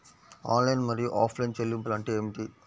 Online మరియు offline చెల్లింపులు అంటే ఏమిటి?